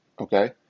Okay